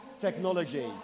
technology